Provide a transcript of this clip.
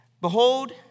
Behold